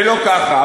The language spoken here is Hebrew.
ולא ככה.